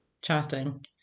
chatting